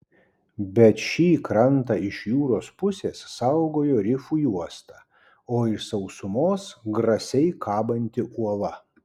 bet šį krantą iš jūros pusės saugojo rifų juosta o iš sausumos grasiai kabanti uola